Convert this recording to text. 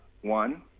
One